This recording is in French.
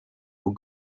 aux